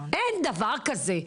אין דבר כזה.